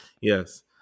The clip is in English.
yes